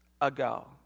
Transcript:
ago